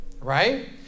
right